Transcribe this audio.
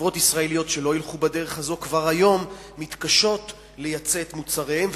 חברות ישראליות שלא ילכו בדרך הזאת כבר היום מתקשות לייצא את מוצריהן,